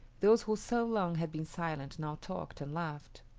those who so long had been silent now talked and laughed.